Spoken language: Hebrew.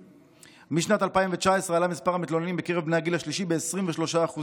משנת 2019 עלה מספר המתלוננים בקרב בני הגיל השלישי ב-23%;